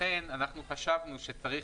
לכן חשבנו שבוטלו ולכן חשבנו שצריך